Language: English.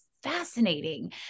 fascinating